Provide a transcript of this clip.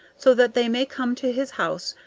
so that they may come to his house,